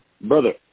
Brother